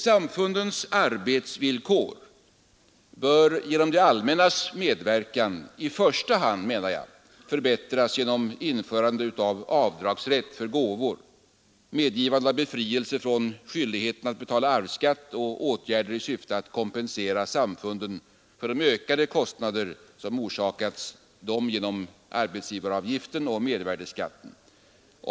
Samfundens arbetsvillkor bör genom det allmännas medverkan i första hand förbättras genom införande av avdragsrätt för gåvor, medgivande av befrielse från skyldighet att betala arvsskatt och åtgärder i syfte att kompensera samfunden för de ökade kostnader som orsakas dem genom arbetsgivaravgiften och mervärdeskatten.